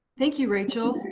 thank you, rachael,